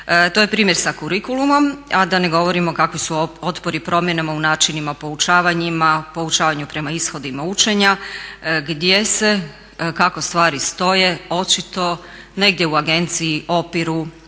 To je primjer sa kurikulumom, a da ne govorim kakvi su otpori promjenama u načinima poučavanju prema ishodima učenja, gdje se, kako stvari stoje očito negdje u agenciji opiru